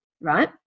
right